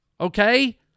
Okay